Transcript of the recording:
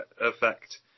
effect